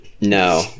No